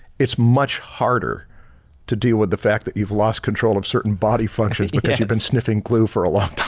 it's much harder to deal with the fact that you've lost control of certain body functions because you've been sniffing glue for a long